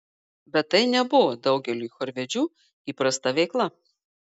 bet tai nebuvo daugeliui chorvedžių įprasta veikla